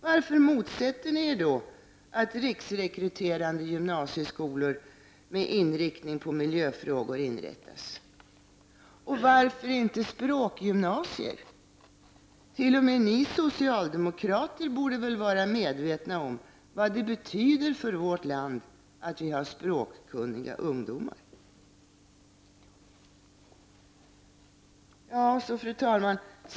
Varför motsätter ni er då att riksrekryterande gymnasieskolor med inriktning på miljöfrågor inrättas? Och varför inte inrätta språkgymnasier? T.o.m. ni socialdemokrater borde vara medvetna om vad det betyder för vårt land att ha språkkunniga ungdomar. Fru talman!